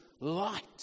light